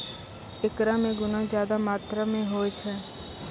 एकरा मे गुना ज्यादा मात्रा मे होय छै